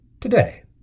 Today